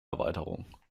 erweiterung